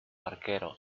arquero